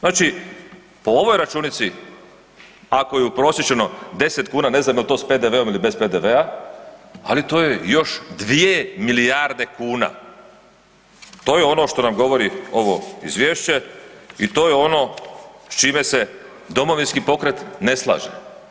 Znači po ovoj računici ako je prosječno 10 kuna, ne znam jel to s PDV-om ili bez PDV-a, ali to je još 2 milijarde kuna, to je ono što nam govori ovo izvješće i to je ono s čime se Domovinski pokret ne slaže.